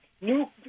new